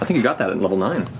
i think you got that at level nine.